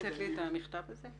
אתה יכול לתת לי את המכתב הזה?